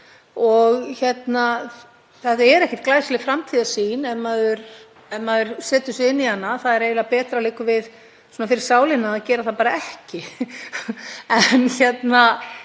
sagt. Það er ekki glæsileg framtíðarsýn ef maður setur sig inn í hana. Það er eiginlega betra, liggur við, svona fyrir sálina, að gera það bara ekki. En þetta